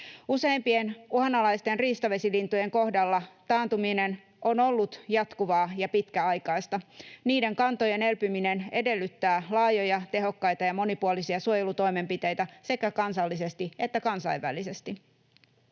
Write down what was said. Useimpien uhanalaisten riistavesilintujen kohdalla taantuminen on ollut jatkuvaa ja pitkäaikaista. Niiden kantojen elpyminen edellyttää laajoja, tehokkaita ja monipuolisia suojelutoimenpiteitä sekä kansallisesti että kansainvälisesti.